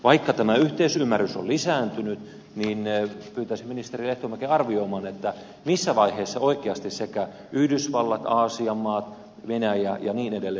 vaikka tämä yhteisymmärrys on lisääntynyt niin pyytäisin ministeri lehtomäkeä arvioimaan missä vaiheessa oikeasti yhdysvallat aasian maat venäjä ja niin edelleen